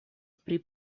pri